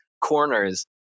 corners